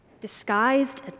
disguised